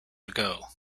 ago